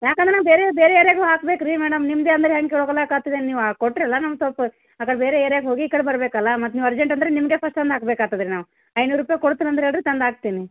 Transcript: ಯಾಕಂದ್ರೆ ನಮ್ಗೆ ಬೇರೆ ಬೇರೆ ಯಾರು ಯಾರಿಗೋ ಹಾಕ್ಬೇಕು ರೀ ಮೇಡಮ್ ನಿಮ್ದೇ ಅಂದರೆ ಹೆಂಗೆ ಹೋಗಲಾಕಾತಿದೇನ್ ನೀವು ಕೊಟ್ರೆ ಎಲ್ಲ ನಮ್ಗೆ ಸ್ವಲ್ಪ ಆಗ ಬೇರೆ ಏರಿಯಾಕ್ಕೆ ಹೋಗಿ ಈ ಕಡೆ ಬರ್ಬೇಕಲ್ವ ಮತ್ತೆ ನೀವು ಅರ್ಜೆಂಟ್ ಅಂದರೆ ನಿಮ್ಗೇ ಫಸ್ಟ್ ತಂದು ಹಾಕ್ಬೇಕಾಗ್ತದ್ ರೀ ನಾವು ಐನೂರು ರೂಪಾಯಿ ಕೊಡ್ತೀರಿ ಅಂದ್ರೆ ಹೇಳಿರಿ ತಂದು ಹಾಕ್ತೇನೆ